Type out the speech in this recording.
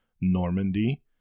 Normandy